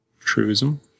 Truism